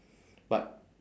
but